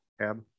tab